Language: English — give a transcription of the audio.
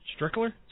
Strickler